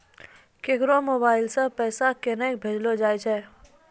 केकरो मोबाइल सऽ पैसा केनक भेजलो जाय छै?